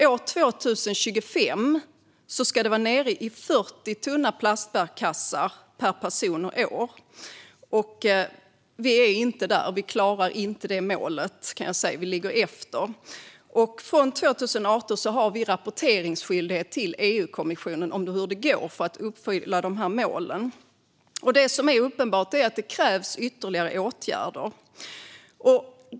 År 2025 ska den vara nere i 40 tunna plastbärkassar per person och år. Vi klarar inte det målet; vi ligger efter. Från 2018 har vi rapporteringsskyldighet till EU-kommissionen om hur det går med att uppfylla de här målen. Det som är uppenbart är att det krävs ytterligare åtgärder.